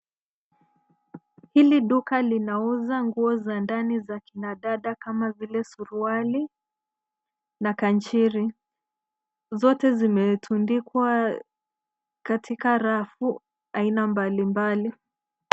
Hili duka linauza nguo za ndani za kina dada kama vile suruali na kanchiri. Zote zimetundikwa katika rafu aina mbalimbali.